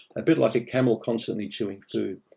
a bit like a camel constantly chewing food.